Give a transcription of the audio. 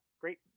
Great